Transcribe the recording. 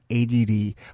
ADD